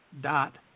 dot